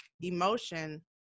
emotion